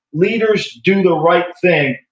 leaders do the right thing,